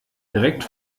direkt